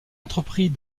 entrepris